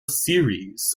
series